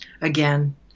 again